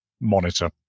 monitor